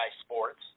Sports